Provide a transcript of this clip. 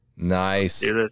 Nice